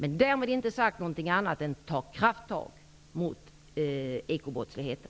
Därmed inte sagt någonting annat än att vi skall ta krafttag mot ekobrottsligheten.